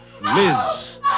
Liz